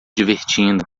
divertindo